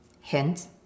hint